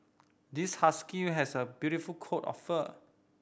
this husky has a beautiful coat of fur